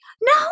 no